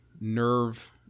nerve